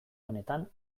honetan